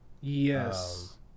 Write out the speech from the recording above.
yes